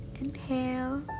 Inhale